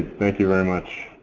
thank you very much.